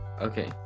Okay